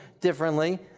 differently